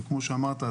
וכמו שאמרת,